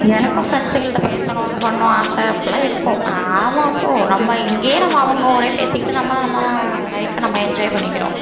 எனக்கும் ஃப்ரெண்ட்ஸுங்கள்ட்ட பேசணும் இது பண்ணணும் ஆசை அப்புடில்லாம் இருக்கும் அட ஆமாப்போ நம்ம இங்கேயே நம்ம அவங்க கூடயே பேசிக்கிட்டு நம்ம நம்ம லைஃபை நம்ம என்ஜாய் பண்ணிக்கிறோம்